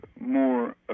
more